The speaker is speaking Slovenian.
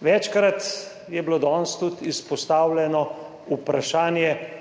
Večkrat je bilo danes tudi izpostavljeno vprašanje